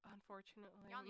Unfortunately